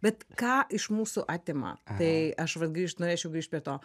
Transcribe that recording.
bet ką iš mūsų atima tai aš vat grįžt norėčiau grįžti prie to